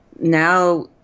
now